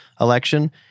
election –